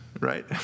Right